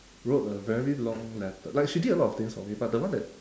wrote a very long letter like she did a lot of things for me but the one that